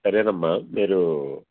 సరేనమ్మా మీరు